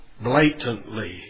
blatantly